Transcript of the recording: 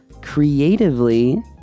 creatively